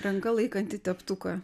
ranka laikanti teptuką